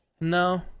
No